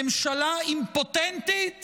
ממשלה אימפוטנטית